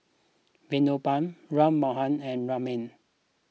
Vinoba Ram Manohar and Ramnath